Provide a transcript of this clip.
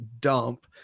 dump